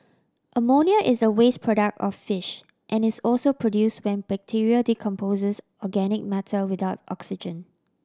ammonia is a waste product of fish and is also produce when bacteria decomposes organic matter without oxygen